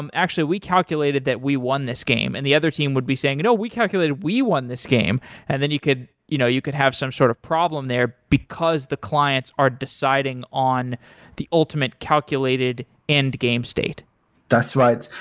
um actually, we calculated that we won this game. and the other team would be saying, you know? we calculated. we won this game. and you could you know you could have some sort of problem there, because the clients are deciding on the ultimate calculated end game state that's right,